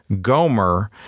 Gomer